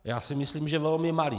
Já si myslím, že velmi malý.